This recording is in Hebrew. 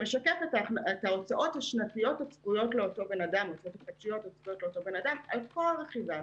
שמשקף את ההוצאות השנתיות הצפויות לאותו אדם על כל רכיביו: